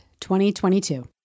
2022